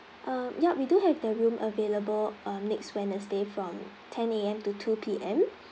uh yup we do have the room available uh next wednesday from ten A_M to two P_M